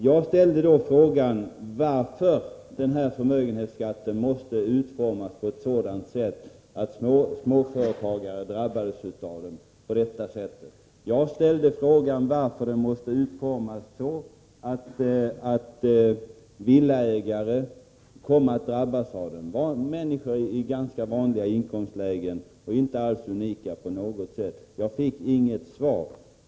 Jag ställde då frågan varför förmögenhetsskatten måste utformas på ett sådant sätt att småföretagare och villaägare i ganska vanliga inkomstlägen, inte på något sätt unika, kommer att drabbas på det sätt som sker. Något svar fick jag inte.